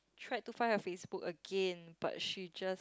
tried her Facebook again but she just